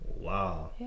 Wow